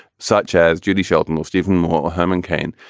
such as judy shelton or stephen moore or herman cain,